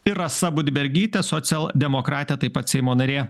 ir rasa budbergytė socialdemokratė taip pat seimo narė